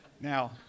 Now